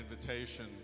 invitation